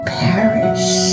perish